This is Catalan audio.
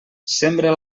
sembra